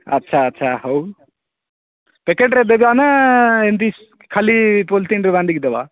ଆଛା ଆଛା ହୋଉ ପେକେଟ୍ରେ ଦେବେ ନା ଏମିତି ଖାଲି ପଲିଥିନ୍ରେ ବାନ୍ଧିକି ଦେବା